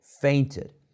fainted